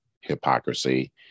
hypocrisy